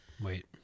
Wait